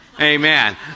Amen